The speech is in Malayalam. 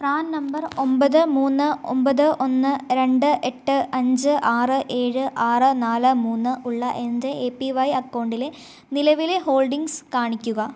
പ്രാൻ നമ്പർ ഒമ്പത് മൂന്ന് ഒമ്പത് ഒന്ന് രണ്ട് എട്ട് അഞ്ച് ആറ് ഏഴ് ആറ് നാല് മൂന്ന് ഉള്ള എൻ്റെ ഏ പി വൈ അക്കൗണ്ടിലെ നിലവിലെ ഹോൾഡിംഗ്സ് കാണിക്കുക